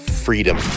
Freedom